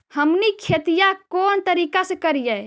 हमनी खेतीया कोन तरीका से करीय?